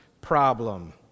problem